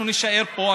אנחנו נישאר פה.